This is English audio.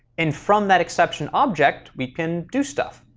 and from that exception object we can do stuff.